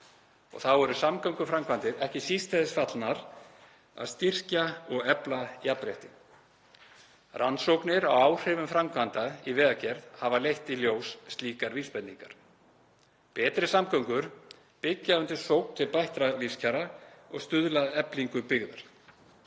og þá eru samgönguframkvæmdir ekki síst til þess fallnar að styrkja og efla jafnrétti. Rannsóknir á áhrifum framkvæmda í vegagerð hafa leitt í ljós slíkar vísbendingar. Betri samgöngur byggja undir sókn til bættra lífskjara og stuðla að eflingu byggðar.